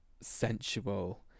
sensual